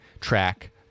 track